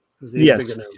Yes